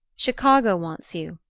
chicago wants you.